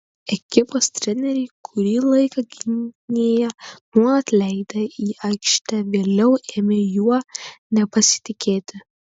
ekipos treneriai kurį laiką gynėją nuolat leidę į aikštę vėliau ėmė juo nepasitikėti